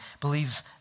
believes